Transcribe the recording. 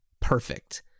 perfect